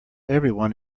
everyone